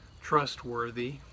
trustworthy